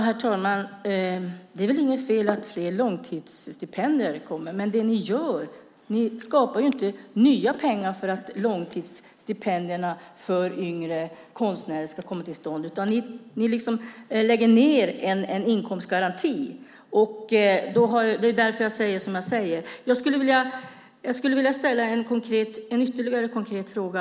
Herr talman! Det är inget fel att det blir fler långtidsstipendier. Men ni tillför inte nya pengar för att långtidsstipendierna för yngre konstnärer ska komma till stånd, utan ni lägger ned inkomstgarantin. Det är därför som jag säger som jag säger. Jag skulle vilja ställa ytterligare en konkret fråga.